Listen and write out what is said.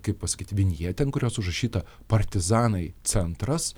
kaip pasakyt vinjetę ant kurios užrašyta partizanai centras